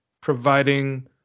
providing